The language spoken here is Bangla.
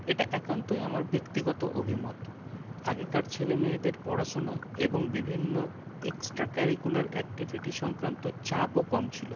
এটা একান্তই আমার ব্যাক্তিগত অভিমত আগেকার ছেলেমেয়েদের পড়াশোনা এবং বিভিন্ন এক্সট্রা ক্যারিকুলার অ্যাক্টিভিটি সংক্রান্ত চাপও কম ছিল